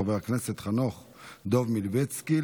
חבר הכנסת חנוך דב מלביצקי,